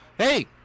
Hey